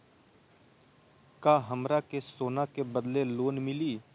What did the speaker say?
का हमरा के सोना के बदले लोन मिलि?